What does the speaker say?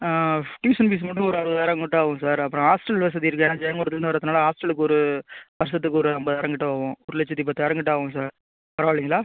tuition fees மட்டும் ஒரு அறுபதாயிரங்கிட்ட ஆகும் சார் அப்புறம் ஹாஸ்ட்டல் வசதி இருக்குது ஏனால் ஜெயங்கொண்டத்துலேருந்து வரதுனால் ஹாஸ்ட்டலுக்கு ஒரு வருஷத்துக்கு ஒரு ஐம்பதாயிரங்கிட்ட ஆகும் ஒரு லட்சத்தி பத்தாயிரம் கிட்ட ஆகும் சார் பரவால்லிங்களா